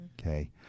Okay